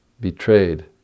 betrayed